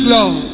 Lord